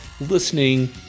listening